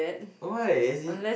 why as in